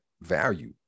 value